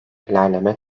ilerleme